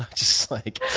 just, like,